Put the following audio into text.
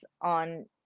on